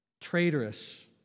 traitorous